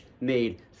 made